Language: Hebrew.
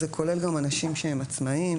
זה כולל גם אנשים שהם עצמאיים.